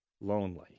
lonely